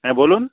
হ্যাঁ বলুন